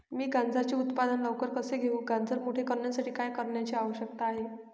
मी गाजराचे उत्पादन लवकर कसे घेऊ? गाजर मोठे करण्यासाठी काय करण्याची आवश्यकता आहे?